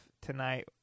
tonight